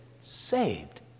saved